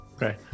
Right